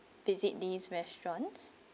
visit these restaurants